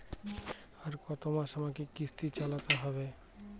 আর কতমাস আমাকে কিস্তি চালাতে হবে?